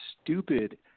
stupid